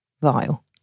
vile